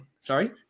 sorry